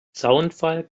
zaunpfahl